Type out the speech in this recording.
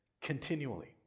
continually